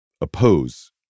oppose